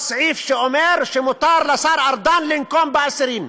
או סעיף שאומר שמותר לשר ארדן לנקום באסירים,